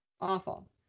Awful